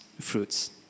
fruits